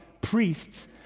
priests